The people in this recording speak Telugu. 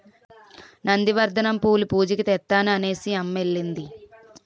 నంది వర్ధనం పూలు పూజకి తెత్తాను అనేసిఅమ్మ ఎల్లింది